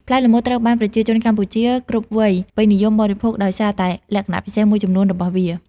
ផ្លែល្មុតត្រូវបានប្រជាជនកម្ពុជាគ្រប់វ័យពេញនិយមបរិភោគដោយសារតែលក្ខណៈពិសេសមួយចំនួនរបស់វា។